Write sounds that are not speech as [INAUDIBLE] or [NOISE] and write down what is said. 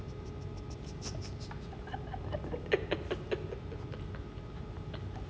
[LAUGHS]